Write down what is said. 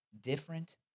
different